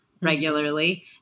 regularly